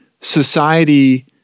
society